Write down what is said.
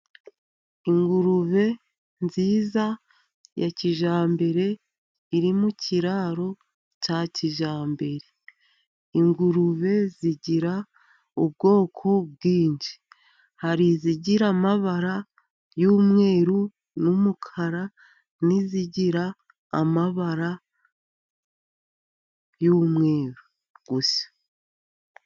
Ingurube nziza ya kijyambere iri mu kiraro cya kijyambere. Ingurube zigira ubwoko bwinshi. Hari izigira amabara y'umweru n'umukara, n'izigira amabara y'umweru gusa.